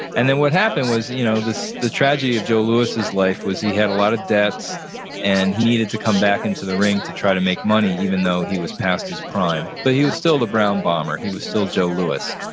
and then what happened was, you know the tragedy of joe louis' life was he had a lot of debts and he needed to come back into the ring to try to make money, even though he was past his prime, but he was still the brown bomber. he was still joe louis.